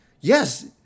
Yes